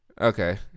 Okay